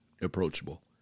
approachable